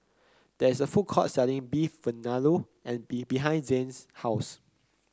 there is a food court selling Beef Vindaloo and be behind Zain's house